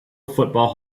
football